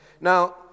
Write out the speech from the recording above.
Now